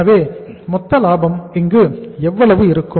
எனவே மொத்த லாபம் இங்கு எவ்வளவு இருக்கும்